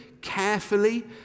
carefully